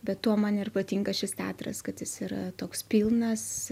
bet tuo man ir patinka šis teatras kad jis yra toks pilnas